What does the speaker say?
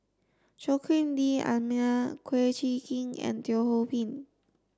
Joaquim D'almeida Kum Chee Kin and Teo Ho Pin